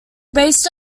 based